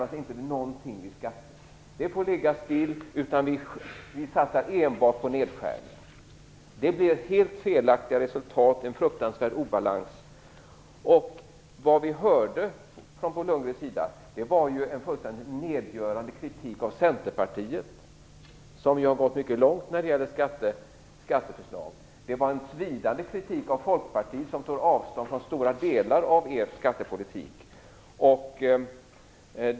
Man kan inte låta skattesystemet ligga stilla och enbart satsa på nedskärningar. Det ger helt felaktiga resultat och en fruktansvärd obalans. Vad vi hörde från Bo Lundgren var ju en fullständigt nedgörande kritik av Centerpartiet, som ju har nått mycket långt när det gäller skatteförslag. Det var en svidande kritik av Folkpartiet som tog avstånd från stora delar av er skattepolitik.